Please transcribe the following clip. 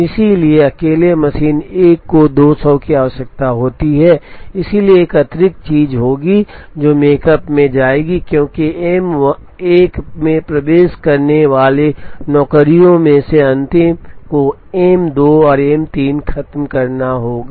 इसलिए अकेले मशीन 1 को 200 की आवश्यकता होगी इसलिए एक अतिरिक्त चीज होगी जो मेकप में जाएगी क्योंकि एम 1 में प्रवेश करने वाले नौकरियों में से अंतिम को एम 2 और एम 3 खत्म करना होगा